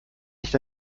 nicht